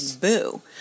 boo